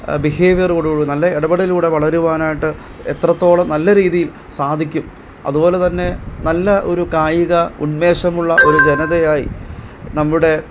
ബിഹേവിയറോടു കൂടി നല്ല ഇടപെടലോടെ വളരുവാനായിട്ട് എത്രത്തോളം നല്ല രീതിയിൽ സാധിക്കും അതുപോലെ തന്നെ നല്ല ഒരു കായിക ഉൻമേഷമുള്ള ഒരു ജനതയായി നമ്മുടെ